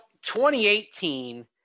2018